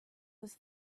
was